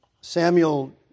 Samuel